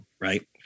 right